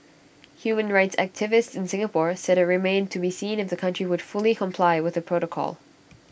human rights activists in Singapore said IT remained to be seen if the country would fully comply with the protocol